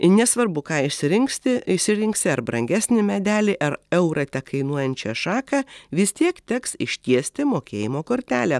nesvarbu ką išsirinksti išsirinksi ar brangesnį medelį ar eurą tekainuojančią šaką vis tiek teks ištiesti mokėjimo kortelę